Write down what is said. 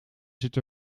zit